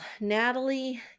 Natalie